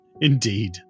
Indeed